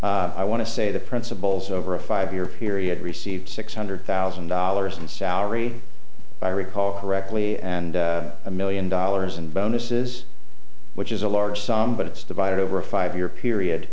i want to say the principals over a five year period received six hundred thousand dollars in salary i recall correctly and a million dollars in bonuses which is a large sum but it's divided over a five year